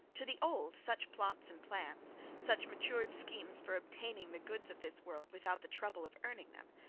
to the old such plots and plans, such matured schemes for obtaining the goods of this world without the trouble of earning them,